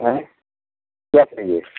आईं क्या चाहिए